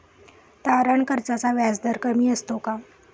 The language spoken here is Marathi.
तारण कर्जाचा व्याजदर कमी असतो का?